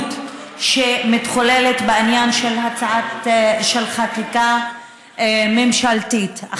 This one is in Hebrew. שמתחוללת בעניין של הצעות חקיקה ממשלתיות.